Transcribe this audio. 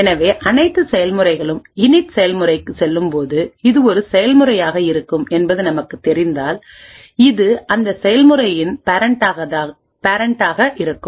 எனவேஅனைத்து செயல்முறைகளும் இனிட் செயல்முறைக்குச் செல்லும்போது இது ஒரு செயல்முறையாக இருக்கும் என்பது நமக்குத் தெரிந்தால் இது அந்த செயல்முறையின் பேரண்ட்டாக இருக்கும்